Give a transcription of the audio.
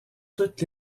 toutes